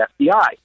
FBI